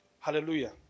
Hallelujah